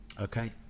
Okay